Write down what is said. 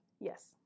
Yes